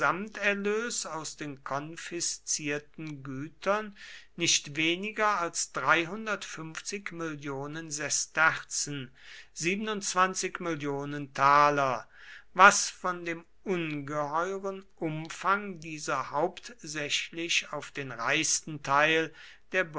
aus den konfiszierten gütern nicht weniger als mill sesterzen was von dem ungeheuren umfang dieser hauptsächlich auf den reichsten teil der